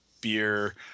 beer